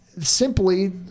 simply